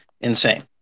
insane